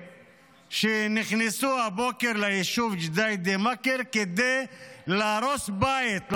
שנכנסו הבוקר ליישוב ג'דיידה-מכר כדי להרוס בית,